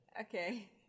Okay